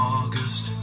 August